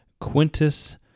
Quintus